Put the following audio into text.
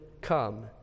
come